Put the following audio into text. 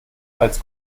als